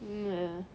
mm ya